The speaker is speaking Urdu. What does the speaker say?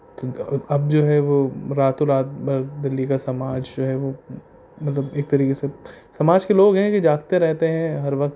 اب جو ہے وہ راتوں رات دہلی کا سماج جو ہے وہ مطلب ایک طریقے سے سماج کے لوگ ہیں کہ جاگتے رہتے ہیں ہر وقت